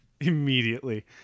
immediately